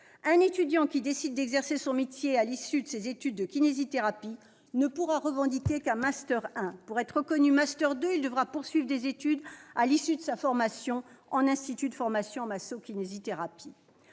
Un étudiant qui décide d'exercer son métier à l'issue de ses études de kinésithérapie ne pourra revendiquer qu'un master 1. Pour être reconnu master 2, il devra poursuivre des études à l'issue de sa formation en institut de formation en masso-kinésithérapie.